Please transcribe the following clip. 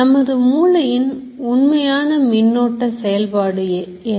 நமது மூளையின் உண்மையான மின்னோட்ட செயல்பாடு எது என்ன